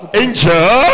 angel